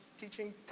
teaching